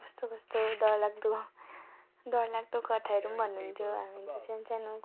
कस्तो कस्तो डरलाग्दो डरलाग्दो कथाहरू पनि भन्नु हुन्थ्यो हामी चाहिँ सानोसानो